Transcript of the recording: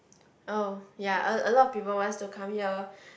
oh ya a a lot of people wants to come here